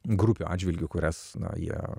grupių atžvilgiu kurias na jie